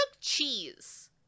cheese